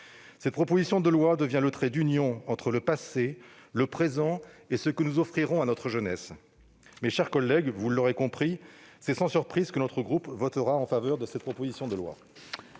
Cette proposition de loi devient le trait d'union entre le passé, le présent et ce que nous offrirons à notre jeunesse. Mes chers collègues, vous l'aurez compris, c'est sans surprise que notre groupe votera en faveur de ce texte. Très bien ! La